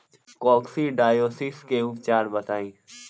Coccidiosis के उपचार बताई?